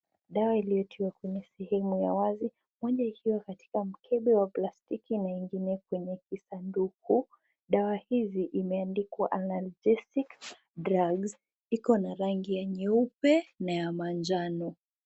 Dawa iliyotiwa kwenye sehemu ya wazi, moja ikiwa katika mkebe wa plastiki na ingine kwenye kisanduku. Dawa hizi imeandikwa analgesic drugs iko na rangi ya nyeupe na ya manjano.